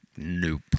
Nope